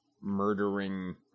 murdering